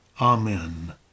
amen